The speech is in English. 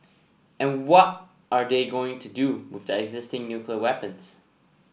and what are they going to do with their existing nuclear weapons